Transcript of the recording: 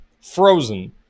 frozen